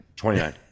29